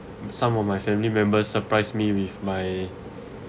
some of my family members surprised me with my